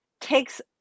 takes